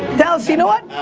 dallas, you know what,